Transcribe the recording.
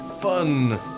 Fun